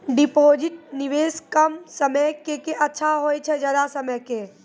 Deposit निवेश कम समय के के अच्छा होय छै ज्यादा समय के?